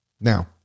Now